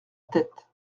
tête